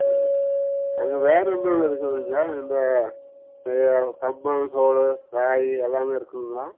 ம் அது வேறு என்ன இருக்குதுங்க இந்த கம்பு சோளம் ராகி எல்லாமே இருக்குதுங்களா